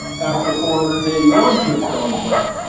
after four hundred and eighty one food challenge wins.